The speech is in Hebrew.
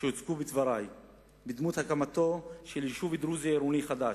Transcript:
שהוצגו בדברי בדמות הקמתו של יישוב דרוזי עירוני חדש,